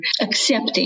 accepting